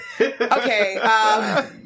okay